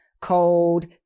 cold